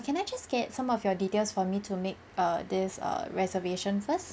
can I just get some of your details for me to make err this err reservation first